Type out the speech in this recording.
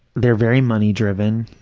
they're very money-driven,